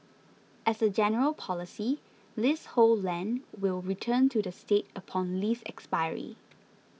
as a general policy leasehold land will return to the state upon lease expiry